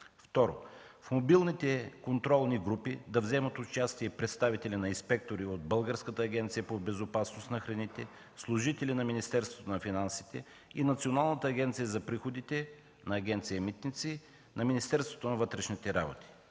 Второ, в мобилните контролни групи да вземат участие и представители на инспектори от Българската агенция по безопасност на храните, служители на Министерството на финансите и Националната агенция за приходите на Агенция „Митници”, Министерството на вътрешните работи.